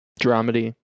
dramedy